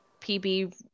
PB